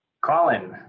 colin